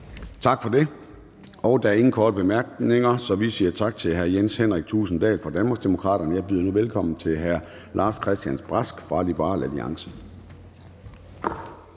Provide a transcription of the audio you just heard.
Tak for det. Der er ingen korte bemærkninger, så vi siger tak til hr. Jens Henrik Thulesen Dahl fra Danmarksdemokraterne. Jeg byder nu velkommen til hr. Lars-Christian Brask fra Liberal Alliance.